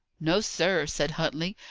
no, sir, said huntley,